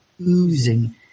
oozing